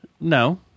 No